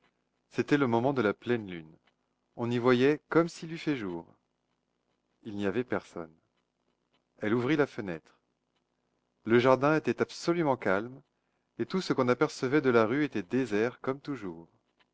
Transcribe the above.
c'était le moment de la pleine lune on y voyait comme s'il eût fait jour il n'y avait personne elle ouvrit la fenêtre le jardin était absolument calme et tout ce qu'on apercevait de la rue était désert comme toujours